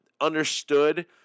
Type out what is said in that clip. understood